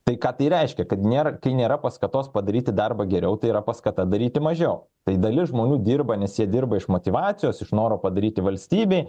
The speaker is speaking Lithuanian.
tai ką tai reiškia kad nėra kai nėra paskatos padaryti darbą geriau tai yra paskata daryti mažiau tai dalis žmonių dirba nes jie dirba iš motyvacijos iš noro padaryti valstybei